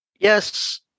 Yes